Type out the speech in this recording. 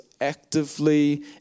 actively